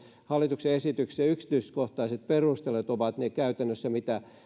hallituksen esityksen yksityiskohtaiset perustelut ovat käytännössä ne missä